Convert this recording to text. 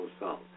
assault